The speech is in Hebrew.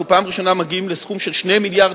אנחנו בפעם הראשונה מגיעים לסכום של 2 מיליארד